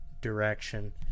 direction